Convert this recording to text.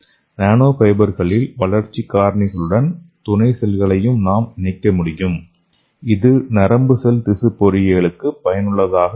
நானோ ஃபைபர்களில் வளர்ச்சி காரணிகளுடன் துணை செல்களை நாம் இணைக்க முடியும் இது நரம்பு செல் திசு பொறியியலுக்கு பயனுள்ளதாக இருக்கும்